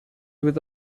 with